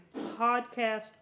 podcast